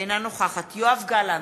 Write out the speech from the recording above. אינה נוכחת יואב גלנט,